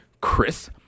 Chris